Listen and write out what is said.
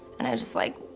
and i was just like